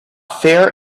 fair